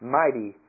mighty